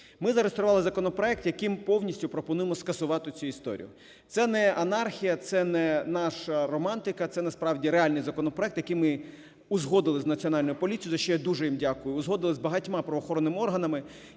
Ми зареєстрували законопроект, яким повністю пропонуємо скасувати цю історію. Це не анархія, це не наша романтика - це насправді реальний законопроект, який ми узгодили з Національною поліцією, за що я дуже їм дякую. Узгодили з багатьма правоохоронними органами.